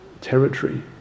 territory